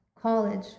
college